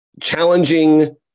Challenging